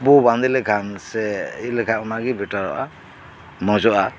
ᱵᱚ ᱵᱟᱫᱮ ᱞᱮᱠᱷᱟᱱ ᱥᱮ ᱤᱭᱟᱹ ᱞᱮᱠᱷᱟᱱ ᱚᱱᱟ ᱜᱮ ᱵᱮᱴᱟᱨᱚᱜᱼᱟ ᱢᱚᱸᱡᱚᱜᱼᱟ